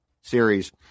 series –